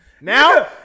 Now